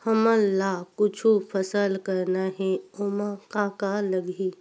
हमन ला कुछु फसल करना हे ओमा का का लगही?